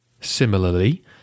Similarly